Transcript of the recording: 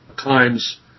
Times